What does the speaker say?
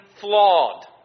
flawed